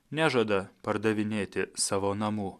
nežada pardavinėti savo namų